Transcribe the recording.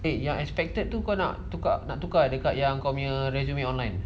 eh your expected nak tukar nak tukar dekat yang resume online ah